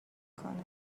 کنه